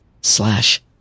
slash